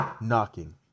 knocking